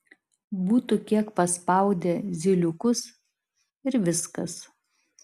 būtų kiek paspaudę zyliukus ir viskas